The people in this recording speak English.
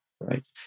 right